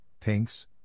pinks